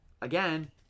again